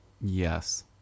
Yes